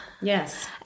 Yes